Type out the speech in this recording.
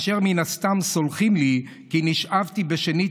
אשר מן הסתם סולחים לי על כי נשאבתי שנית